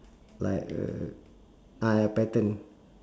like uh ah a pattern